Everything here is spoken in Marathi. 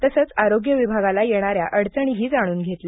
तसंच आरोग्य विभागाला येणाऱ्या अडचणीही जाणून घेतल्या